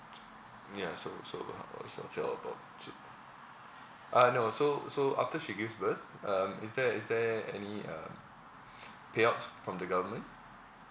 ya so so uh no so so after she gives birth um is there is there any uh payouts from the government